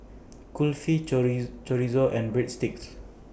Kulfi Chorizo and Breadsticks